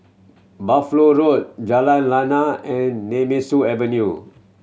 Buffalo Road Jalan Lana and Nemesu Avenue